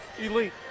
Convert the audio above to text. elite